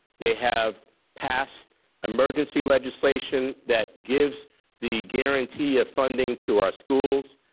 they have passed emergency legislation that gives the guarantee of funding to our schools.